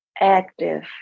active